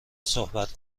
صحبت